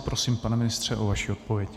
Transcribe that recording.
Prosím, pane ministře, o vaši odpověď.